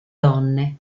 donne